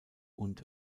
und